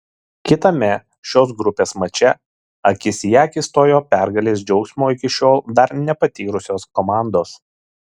kitame šios grupės mače akis į akį stojo pergalės džiaugsmo iki šiol dar nepatyrusios komandos